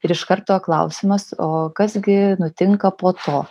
ir iš karto klausimas o kas gi nutinka po to